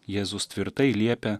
jėzus tvirtai liepia